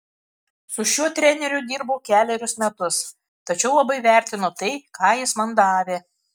su šiuo treneriu dirbau kelerius metus tačiau labai vertinu tai ką jis man davė